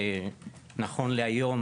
נכון להיום,